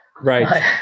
right